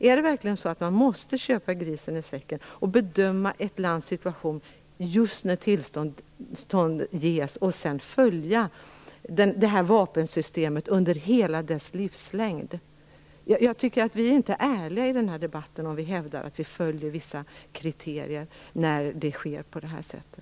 Måste man verkligen köpa grisen i säcken och bedöma ett lands situation just när tillståndet ges och sedan följa det vapensystemet under hela dess livslängd? Vi är inte ärliga i den här debatten om vi hävdar att vi följer vissa kriterier när det sker på det här sättet.